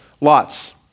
Lots